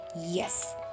Yes